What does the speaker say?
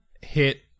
hit